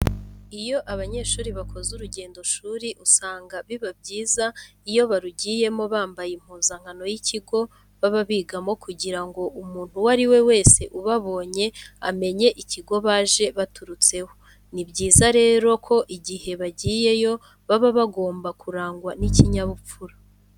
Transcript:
Iyo abanyeshuri bakoze urugendoshuri usanga biba byiza iyo barugiyemo bambaye impuzankano y'ikigo baba bigaho kugira ngo umuntu uwo ari we wese ubabonye amenye ikigo baje baturutseho. Ni byiza rero ko igihe bagiyeyo baba bagomba kurangwa n'ikinyabupfura.